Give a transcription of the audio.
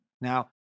Now